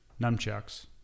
nunchucks